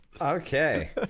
okay